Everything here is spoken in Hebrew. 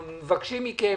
אנחנו מבקשים מכם,